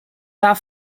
war